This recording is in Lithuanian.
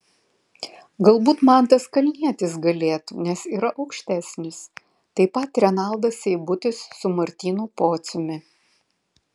galbūt mantas kalnietis galėtų nes yra aukštesnis taip pat renaldas seibutis su martynu pociumi